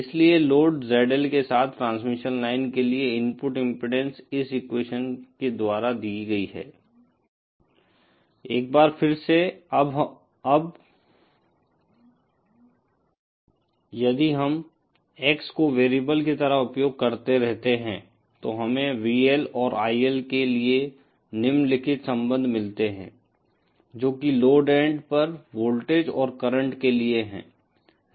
इसलिए load ZL के साथ ट्रांसमिशन लाइन के लिए इनपुट इम्पीडेन्स इस एक्वेशन के द्वारा दी गई है एक बार फिर से अब यदि हम X को वेरिएबल की तरह उपयोग करते रहते हैं तो हमें VL और IL के लिए निम्नलिखित संबंध मिलते हैं जो कि लोड एंड पर वोल्टेज और करंट के लिए है